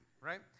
right